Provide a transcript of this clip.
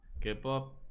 K-pop